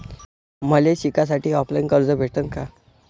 मले शिकासाठी ऑफलाईन कर्ज भेटन का?